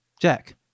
Jack